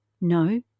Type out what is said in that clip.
No